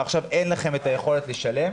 ועכשיו אין לכם את היכולת לשלם.